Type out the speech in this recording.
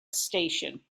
station